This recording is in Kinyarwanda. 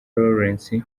lawrence